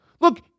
look